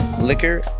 liquor